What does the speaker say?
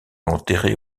enterrés